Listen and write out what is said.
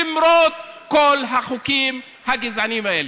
למרות כל החוקים הגזעניים האלה.